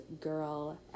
girl